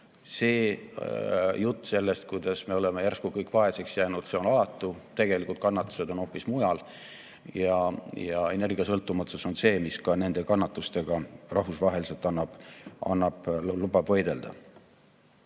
Jutt sellest, kuidas me oleme järsku kõik vaeseks jäänud, on alatu. Tegelikud kannatused on hoopis mujal ja energiasõltumatus on see, mis nende kannatustega rahvusvaheliselt võidelda